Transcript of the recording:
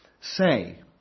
Say